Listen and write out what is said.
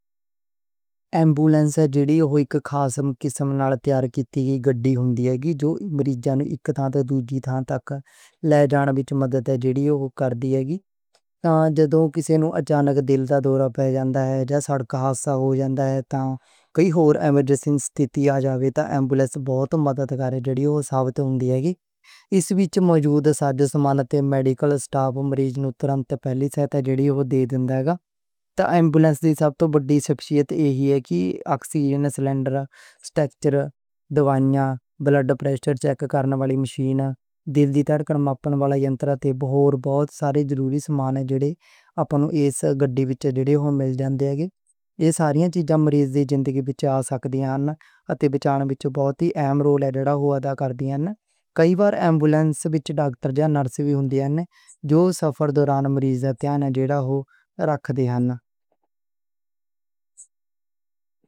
ایمبولنس اک خاص قسم لئی تیار کِتی گاڑی ہوندی ہے۔ جو مریض نوں اک تھاں توں دُوجی تھاں تک لے جان وچ مدد کر دی ہے۔ جدوں کسے نوں اچانک دل دا دورہ پہ جاندا ہے یا سڑک حادثہ ہو جاندا ہے تے کئی ہور ایمرجنسی سچویشن آ جاوے تاں ایمبولنس بہت اہم ہوندی ہے۔ اس وچ موجود ساز و سامان تے میڈیکل سٹاف مریض نوں فوری پہلی سہولت دے دِندا ہے۔ اتے ایہ وی ہے کہ آکسیجن سلنڈر، سٹریچر، دوائیاں، بلڈ پریشر چیک کرن والی مشین، دل دی دھڑکن ماپنے والا ینتر تے ہور بہت سارے ضروری سامان اس گاڑی وچ مل جاندے ہن۔ ایہ ساری چیزاں کسے مریض دی جان بچاؤن وچ بہت ہی اہم رول ادا کر دی ہن۔ کئی وار ایمبولنس وچ ڈاکٹر یا نرس وی ہوندے ہن جو سفر دوران مریضاں دا دھیان رکھ دے ہن۔